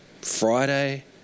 Friday